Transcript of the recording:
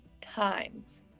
times